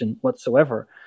whatsoever